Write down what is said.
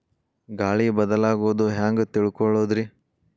ಗಾಳಿ ಬದಲಾಗೊದು ಹ್ಯಾಂಗ್ ತಿಳ್ಕೋಳೊದ್ರೇ?